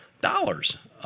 dollars